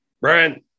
Brian